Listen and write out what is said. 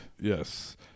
Yes